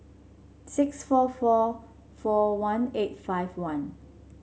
six four four four one eight five one